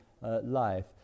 life